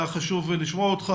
היה חשוב לשמוע אותך,